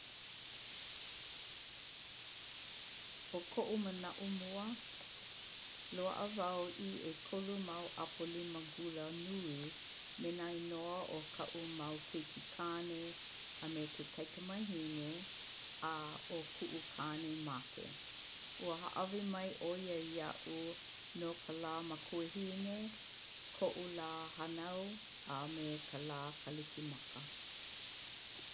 'O ko'u man'o mua, Loa'a wau i 'ekolu mau 'apolima gula nui me nā inoa o ka'u mau keikikāne a me ke kaikamahine a 'o ku'u kane make. Ua hā'awi mai 'o ia ia'u no ka Lā Makuahine, ko'u lā hānau a me ka Lā Kalikimaka.